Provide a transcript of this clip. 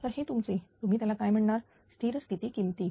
तर हे तुमचे तुम्ही त्याला काय म्हणणार स्थिर स्थिती किमती